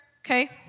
Okay